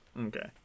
Okay